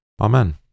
Amen